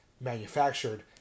manufactured